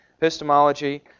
epistemology